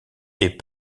est